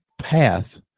path